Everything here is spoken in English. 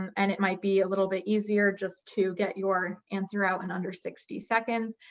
and it might be a little bit easier just to get your answer out in under sixty seconds,